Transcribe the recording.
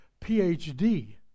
PhD